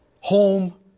home